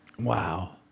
Wow